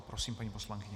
Prosím, paní poslankyně.